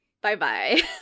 Bye-bye